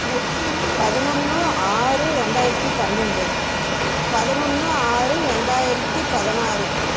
ஓ பதினொன்று ஆறு ரெண்டாயிரத்து பன்னெண்டு பதினொன்று ஆறு ரெண்டாயிரத்து பதினாறு